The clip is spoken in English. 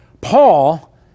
Paul